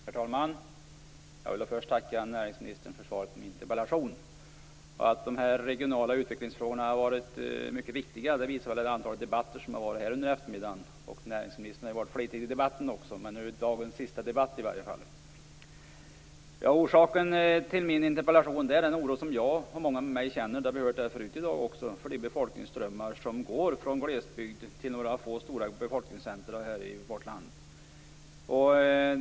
Herr talman! Jag vill först tacka näringsministern för svaret på min interpellation. Att de regionala utvecklingsfrågorna har varit mycket viktiga visar väl det antal debatter som har varit här under eftermiddagen. Näringsministern har varit i flitig i debatterna också. Men nu är det i alla fall dagens sista debatt. Orsaken till min interpellation är den oro som jag och många med mig känner - det har vi hört förut i dag också - för de befolkningsströmmar som går från glesbygd till några få stora befolkningscentrum i vårt land.